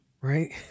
Right